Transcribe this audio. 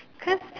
cause